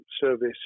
service